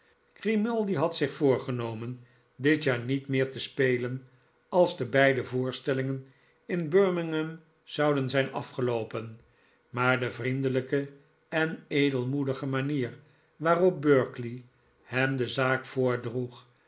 grimaldi had zich voorgenomen dit jaar niet meer te spelen als de beide voorstellingen in birmingham zouden zijn afgeloopen maar de vriendelijke en edelmoedige manier waarop berkeley hem de zaak